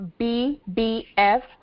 BBF